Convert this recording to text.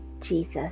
Jesus